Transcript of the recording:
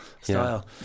style